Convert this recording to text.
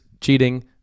cheating